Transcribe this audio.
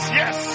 yes